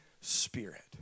Spirit